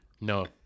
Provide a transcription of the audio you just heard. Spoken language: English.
No